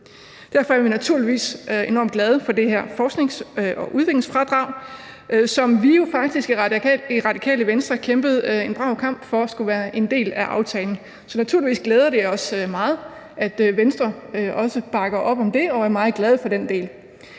Derfor er vi naturligvis enormt glade for det her forsknings- og udviklingsfradrag, som vi jo faktisk i Det Radikale Venstre kæmpede en brav kamp for skulle være en del af aftalen. Så naturligvis glæder det os meget, at Venstre også bakker op om det og er meget glade for den del.